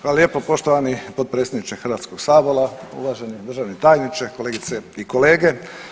Hvala lijepo poštovani potpredsjedniče Hrvatskog sabora, uvaženi državni tajniče, kolegice i kolege.